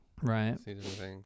Right